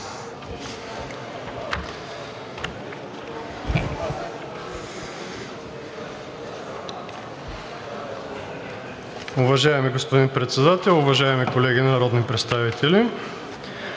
Уважаеми господин Председател, уважаеми колеги народни представители!